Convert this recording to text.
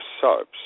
soaps